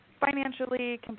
financially